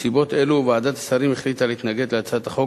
מסיבות אלה ועדת השרים החליטה להתנגד להצעת החוק,